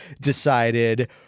decided